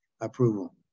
approval